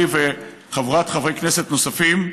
אני וחבורת חברי כנסת נוספים,